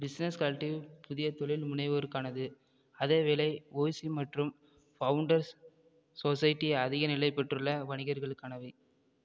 business collective புதிய தொழில் முனைவோருக்கானது அதேவேளை ஒய்சி மற்றும் ஃபவுன்டர்ஸ் சொஸைட்டி அதிக நிலைப்பெற்றுள்ள வணிகர்களுக்கானவை